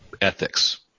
ethics